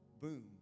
boom